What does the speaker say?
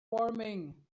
warming